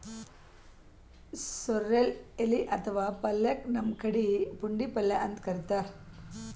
sorrel ಎಲಿ ಅಥವಾ ಪಲ್ಯಕ್ಕ್ ನಮ್ ಕಡಿ ಪುಂಡಿಪಲ್ಯ ಅಂತ್ ಕರಿತಾರ್